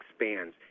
expands